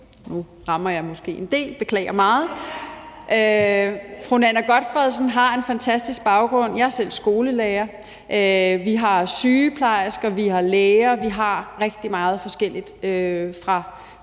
Nu rammer jeg måske en del – det beklager jeg meget. Fru Nanna W. Gotfredsen har en fantastisk baggrund. Jeg er selv skolelærer. Vi har sygeplejersker, vi har læger, vi har rigtig meget forskelligt fra